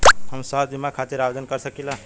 हम स्वास्थ्य बीमा खातिर आवेदन कर सकीला?